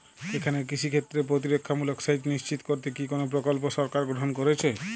এখানে কৃষিক্ষেত্রে প্রতিরক্ষামূলক সেচ নিশ্চিত করতে কি কোনো প্রকল্প সরকার গ্রহন করেছে?